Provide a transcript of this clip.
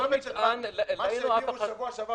מה שהעבירו בשבוע שעבר,